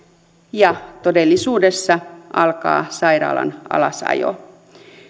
ja todellisuudessa alkaa sairaalan alasajo